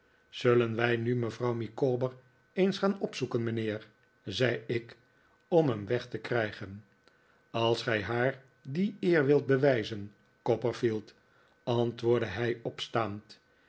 zullen wij nu mevrouw micawber eens gaan opzoeken mijnheer zei ik om hem weg te krijgen als gij haar die eer wilt bewijzen copperfield antwoordde hij opstaand